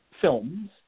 films